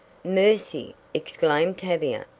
mercy! exclaimed tavia,